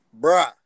Bruh